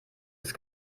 ist